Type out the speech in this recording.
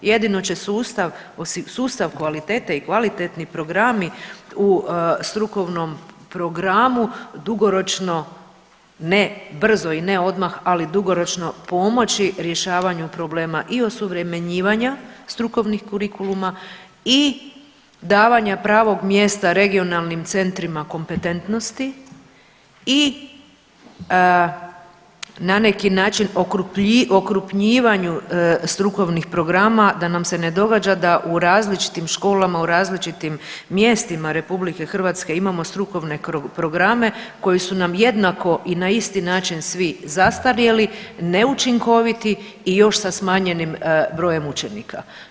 Jedino će sustav kvalitete i kvalitetni programi u strukovnom programu dugoročno, ne brzo i ne odmah, ali dugoročno pomoći rješavanju problema i osuvremenjivanja strukovnih kurikuluma i davanja pravog mjesta regionalnim centrima kompetentnosti i na neki način, okrupnjivanju strukovnih programa da nam se ne događa da u različitim školama, u različitim mjestima RH imamo strukovne programe koji su nam jednako i na isti način svi zastarjeli, neučinkoviti i još sa smanjenim brojem učenika.